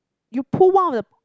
you pull one of the